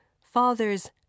Father's